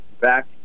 back